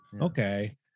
Okay